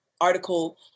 article